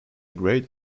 great